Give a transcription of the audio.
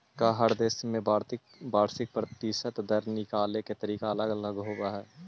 का हर देश में वार्षिक प्रतिशत दर निकाले के तरीका अलग होवऽ हइ?